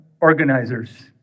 organizers